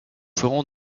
ferons